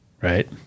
right